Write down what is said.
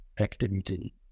activity